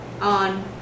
On